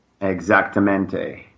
Exactamente